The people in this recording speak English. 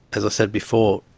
as i said before,